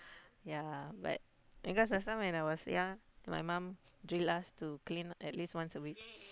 ya but because last time when I was young my mum drill us to clean at least once a week